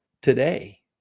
today